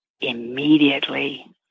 Immediately